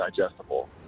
digestible